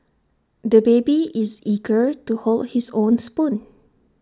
the baby is eager to hold his own spoon